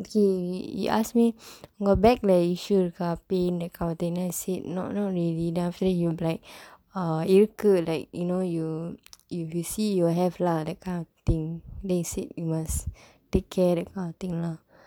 he he ask me your back-lae issue that kind of thing then I say not not really then after that he'll be like uh இருக்கு:irukku you you you see you will have lah that kind of thing then he said you must take care that kind of thing lah